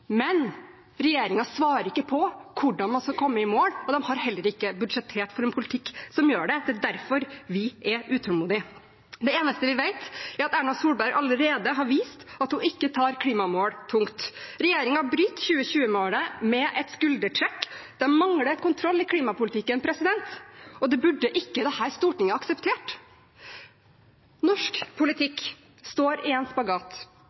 men regjeringen svarer ikke på hvordan man skal komme i mål. De har heller ikke budsjettert for en politikk som gjør det. Det er derfor vi er utålmodige. Det eneste vi vet, er at statsminister Erna Solberg allerede har vist at hun ikke tar klimamål tungt. Regjeringen bryter 2020-målet med et skuldertrekk. De mangler kontroll i klimapolitikken. Det burde ikke dette storting ha akseptert. Norsk politikk står i en spagat.